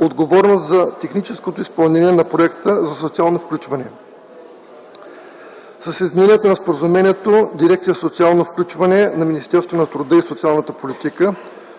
отговорна за техническото изпълнение на Проекта за социално включване. С изменението на Споразумението дирекция „Социално включване” на Министерството на труда и социалната политика,